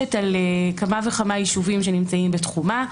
שחולשת על כמה וכמה יישובים שנמצאים בתחומה.